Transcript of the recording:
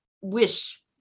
wish